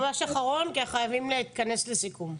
ממש אחרון, כי אנחנו חייבים להתכנס לסיכום.